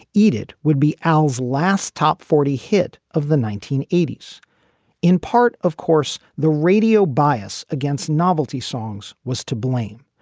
eat it would be al's last top forty hit of the nineteen eighty s in part. of course, the radio bias against novelty songs was to blame,